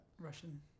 Russian